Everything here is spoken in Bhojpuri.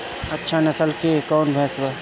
अच्छा नस्ल के कौन भैंस बा?